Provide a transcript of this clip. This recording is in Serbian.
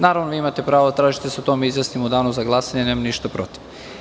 Naravno, vi imate pravo da tražite da se o tome izjasnimo u Danu za glasanje, nemam ništa protiv.